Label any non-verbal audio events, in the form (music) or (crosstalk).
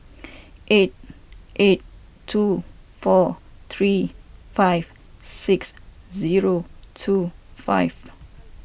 (noise) eight eight two four three five six zero two five